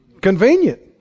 Convenient